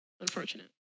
unfortunate